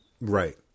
right